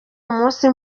umunsi